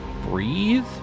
breathe